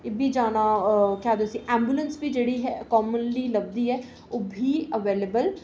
एह्बी जाना ते एंबूलेंस जेह्ड़ी ऐ कॉमनली लभदी ऐ ओह्बी एबेलएवल